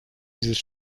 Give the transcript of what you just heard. dieses